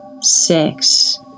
Six